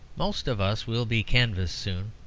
most of us will be canvassed soon,